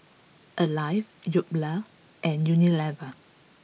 Alive Yoplait and Unilever